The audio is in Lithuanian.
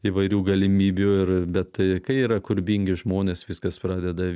įvairių galimybių ir bet kai yra kūrybingi žmonės viskas pradeda